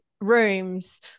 rooms